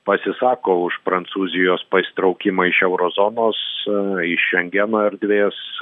pasisako už prancūzijos pasitraukimą iš eurozonos iš šengeno erdvės